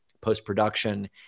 post-production